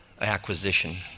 acquisition